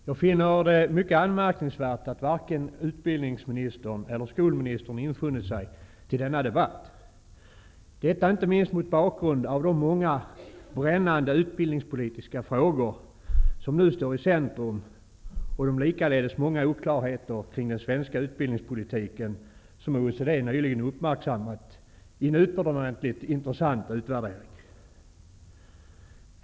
Herr talman! Jag finner det mycket anmärkningsvärt att varken utbildningsministern eller skolministern infunnit sig till denna debatt, inte minst mot bakgrund av de många brännande utbildningspolitiska frågor som nu står i centrum och de likaledes många oklarheter kring den svenska utbildningspolitiken som OECD nyligen uppmärksammat i en utomordentligt intressant utvärdering.